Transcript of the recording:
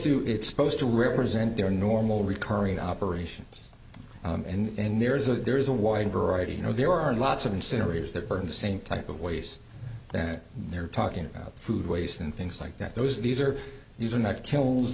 to it's supposed to represent their normal recurring operations and there is a there is a wide variety you know there are lots of incinerators that burn the same type of ways that they're talking about food waste and things like that those are these are these are not kills